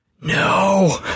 no